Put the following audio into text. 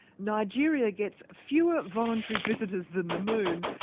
nigeria gets fewer voluntary visitors than the moon,